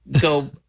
go